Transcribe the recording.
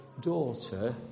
Daughter